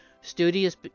Studious